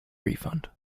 refund